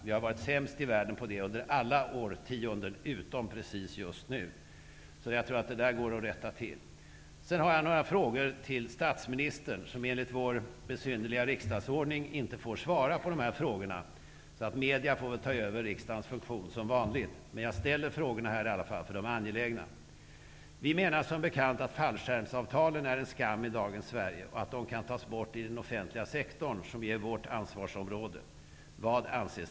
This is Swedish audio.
Vi har varit sämst i världen i det avseendet under alla årtionden utom precis just nu. Jag tror att detta går att rätta till. Sedan har jag några frågor till statsministern, som enligt vår besynnerliga riksdagsordning inte får svara på dessa frågor. Medierna får väl som vanligt ta över riksdagens funktion. Men jag ställer i alla fall frågorna här, för de är angelägna. 1. Vi menar som bekant att fallskärmsavtalen är en skam i dagens Sverige och att de kan tas bort i den offentliga sektorn, som ju är vårt ansvarsområde.